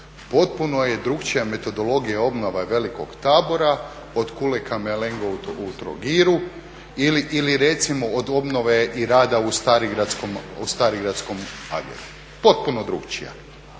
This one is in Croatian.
Potpuno je drukčija metodologija obnove Velikog Tabora od Kule Kamelengo u Trogiru ili recimo od obnove i rada u Starigradskom …/Govornik